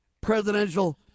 presidential